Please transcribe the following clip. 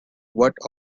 what